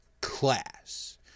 class